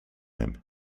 him